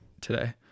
today